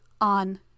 on